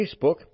Facebook